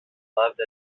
loved